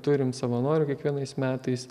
turim savanorių kiekvienais metais